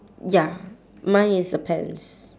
ya mine is a pants